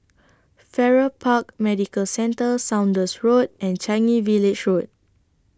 Farrer Park Medical Centre Saunders Road and Changi Village Road